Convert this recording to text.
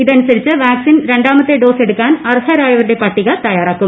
ഇതനുസരിച്ച് വാക്സിൻ രണ്ടാമത്തെ ഡോസ് എടുക്കാൻ അർഹരായവരുടെ പട്ടിക തയാറാക്കും